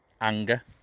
anger